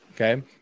Okay